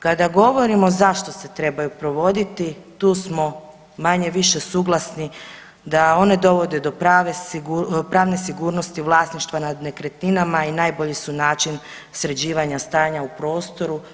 Kada govorimo zašto se trebaju provoditi tu smo manje-više suglasni da one dovode do pravne sigurnosti vlasništva nad nekretninama i najbolji su način sređivanja stanja u prostoru.